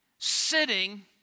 sitting